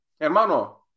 hermano